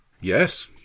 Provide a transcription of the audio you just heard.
Yes